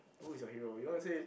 who is your hero you want to say